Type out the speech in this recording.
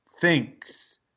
thinks –